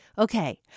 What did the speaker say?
Okay